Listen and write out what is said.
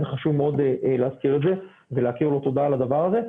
וחשוב מאוד להזכיר את זה ולהכיר לו תודה על הדבר הזה.